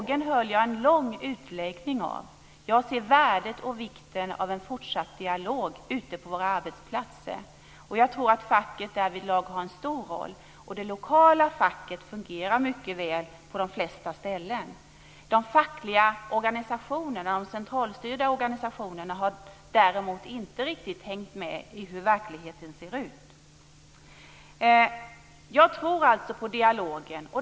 Jag höll en lång utläggning om dialogen. Jag ser värdet och vikten av en fortsatt dialog ute på våra arbetsplatser och därvidlag spelar facket en stor roll. Det lokala facket fungerar mycket väl på de flesta ställen. De fackliga och centralstyrda organisationerna har däremot inte riktigt hängt med i hur verkligheten ser ut. Jag tror alltså på dialogen.